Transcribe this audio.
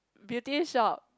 Beauty Shop